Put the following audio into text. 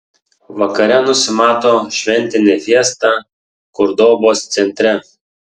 vakare nusimato šventinė fiesta kordobos centre